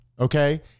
okay